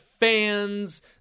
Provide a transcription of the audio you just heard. fans